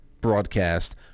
broadcast